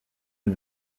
and